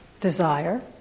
desire